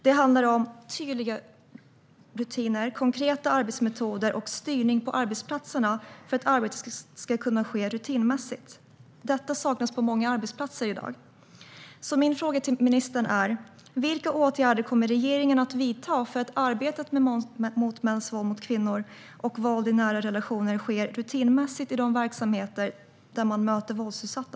Det handlar om tydliga rutiner, konkreta arbetsmetoder och styrning på arbetsplatserna för att arbetet ska kunna ske rutinmässigt. Det saknas på många arbetsplatser i dag. Vilka åtgärder kommer regeringen att vidta för att arbetet mot mäns våld mot kvinnor och våld i nära relationer ska ske rutinmässigt i verksamheter där man möter våldsutsatta?